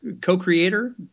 co-creator